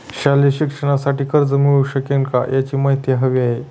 शालेय शिक्षणासाठी कर्ज मिळू शकेल काय? याची माहिती हवी आहे